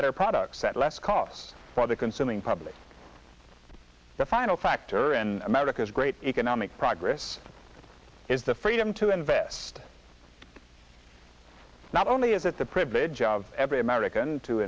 better products at less cost for the consuming public the final factor in america's great economic progress is the freedom to invest not only is it the privilege of every american to